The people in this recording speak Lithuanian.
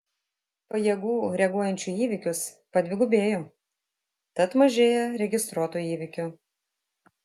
pajėgų reaguojančių į įvykius padvigubėjo tad mažėja registruotų įvykių